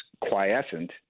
quiescent